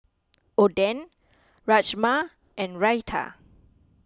Oden Rajma and Raita